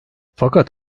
fakat